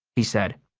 he said.